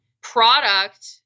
Product